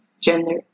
gender